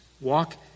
Walk